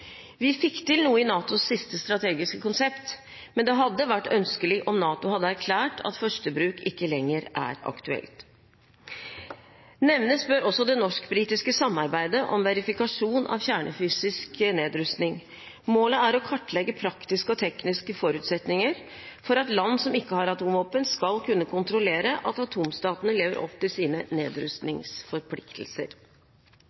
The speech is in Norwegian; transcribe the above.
Vi fikk til noe i NATOs siste strategiske konsept, men det hadde vært ønskelig om NATO hadde erklært at førstebruk ikke lenger er aktuelt. Nevnes bør også det norsk-britiske samarbeidet om verifikasjon av kjernefysisk nedrustning. Målet er å kartlegge praktiske og tekniske forutsetninger for at land som ikke har atomvåpen, skal kunne kontrollere at atomstatene lever opp til sine